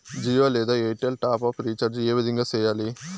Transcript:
జియో లేదా Airtel top up recharge ఏ విధంగా సేయాలి